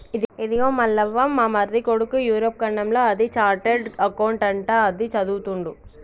ఇదిగో మల్లవ్వ మా మరిది కొడుకు యూరప్ ఖండంలో అది చార్టెడ్ అకౌంట్ అంట అది చదువుతుండు